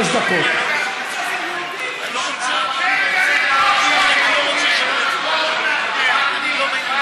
מי שצריך לצאת נגד החוק הזה זה יהודים.